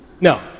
No